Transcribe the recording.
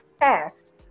past